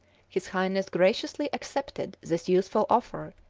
his highness graciously accepted this useful offer,